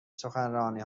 سخنرانی